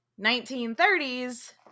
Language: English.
1930s